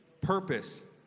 purpose